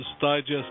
Digest